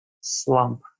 slump